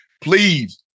Please